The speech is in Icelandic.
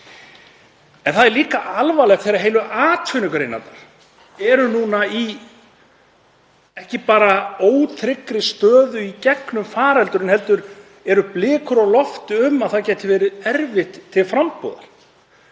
En það er líka alvarlegt þegar heilu atvinnugreinarnar eru nú ekki einungis í ótryggri stöðu í gegnum faraldurinn heldur eru blikur á lofti um að það gæti orðið erfitt til frambúðar.